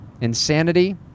insanity